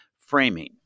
framing